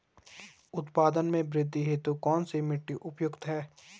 उत्पादन में वृद्धि हेतु कौन सी मिट्टी उपयुक्त है?